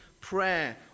prayer